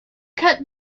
cut